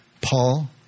Paul